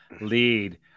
lead